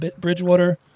Bridgewater